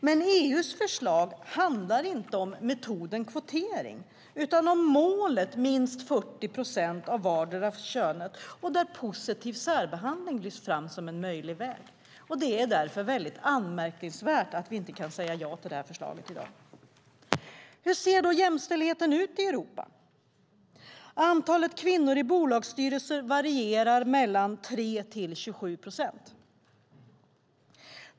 Men EU:s förslag handlar inte om metoden kvotering utan om målet minst 40 procent av vartdera könet och där positiv särbehandling lyfts fram som en möjlig väg. Det är därför anmärkningsvärt att vi inte kan säga ja till det här förslaget i dag. Hur ser då jämställdheten ut i Europa? Antalet kvinnor i bolagsstyrelser i medlemsstaterna varierar mellan 3 och 27 procent.